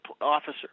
officer